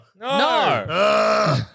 No